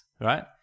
right